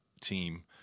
team